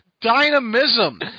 Dynamism